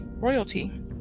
royalty